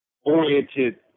oriented